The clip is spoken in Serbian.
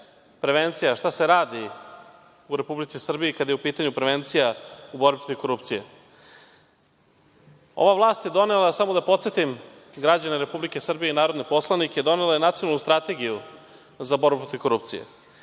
prevencija, šta se radi u Republici Srbiji kada je u pitanju prevencija u borbi protiv korupcije. Ova vlast je donela, samo da podsetim građane Republike Srbije i narodne poslanike, donela je Nacionalnu strategiju za borbu protiv korupcije,